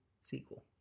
Sequel